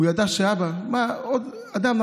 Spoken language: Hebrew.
הוא ידע שאבא, מה, עוד אדם.